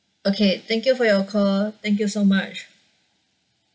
okay thank you for your call thank you so much